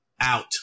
out